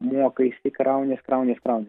mokaisi krauniesi kraunies kraunies